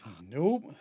Nope